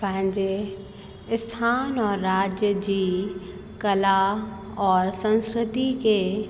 पंहिंजे स्थान और राज्य जी कला और संस्कृति खे